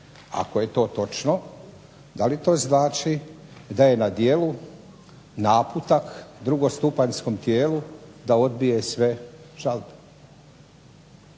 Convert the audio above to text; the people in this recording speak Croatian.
Ako je to točno, da li to znači da je na djelu naputak drugostupanjskom tijelu da odbije sve žalbe?